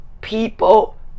people